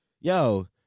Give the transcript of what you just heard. Yo